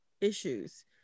issues